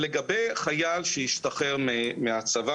לגבי חייל שהשתחרר מהצבא